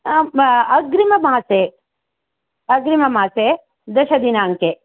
आम् अग्रिममासे अग्रिममासे दशदिनाङ्के